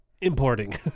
importing